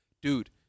Dude